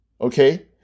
Okay